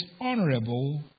honorable